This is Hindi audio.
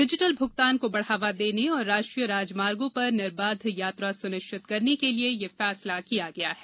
डिजिटल भूगतान को बढ़ावा देने और राष्ट्रीय राजमार्गो पर निर्बाध यात्रा सुनिश्चिवत करने के लिए यह फैसला किया गया है